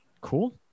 Cool